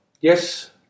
Yes